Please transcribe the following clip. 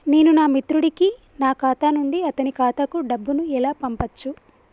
నేను నా మిత్రుడి కి నా ఖాతా నుండి అతని ఖాతా కు డబ్బు ను ఎలా పంపచ్చు?